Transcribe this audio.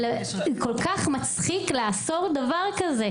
זה כל כך מצחיק לאסור דבר כזה.